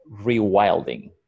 rewilding